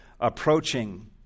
approaching